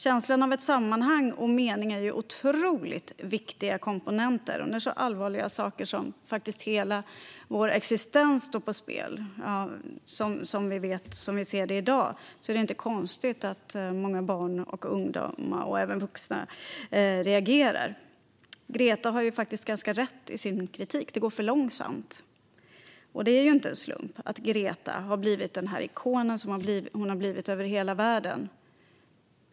Känslan av sammanhang och mening är otroligt viktiga komponenter. När så allvarliga saker som hela vår existens står på spel, som vi ser det i dag, är det inte konstigt att många barn och ungdomar, även vuxna, reagerar. Greta har faktiskt ganska rätt i sin kritik. Det går för långsamt. Det är inte heller en slump att Greta har blivit en ikon över hela världen.